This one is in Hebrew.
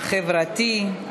החברתי,